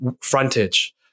frontage